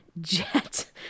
jet